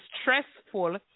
stressful